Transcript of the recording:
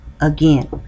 again